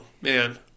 man